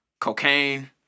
cocaine